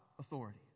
authority